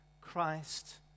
Christ